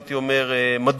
הייתי אומר מדוד,